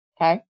Okay